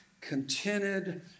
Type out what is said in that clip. contented